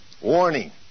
Warning